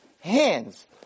hands